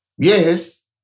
Yes